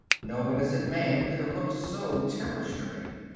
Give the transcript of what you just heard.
no innocent man could have looked so terror stricken.